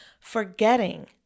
forgetting